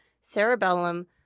cerebellum